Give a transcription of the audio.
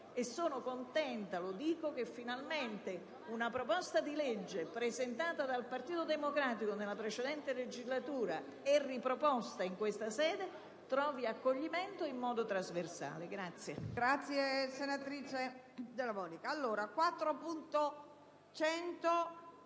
e sono contenta che finalmente una proposta di legge presentata dal Partito Democratico nella precedente legislatura e riproposta in questa sede trovi accoglimento in modo trasversale. *(Applausi dal Gruppo*